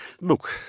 look